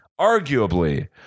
arguably